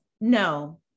no